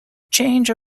change